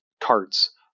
carts